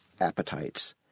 appetites